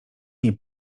nie